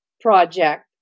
project